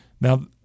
Now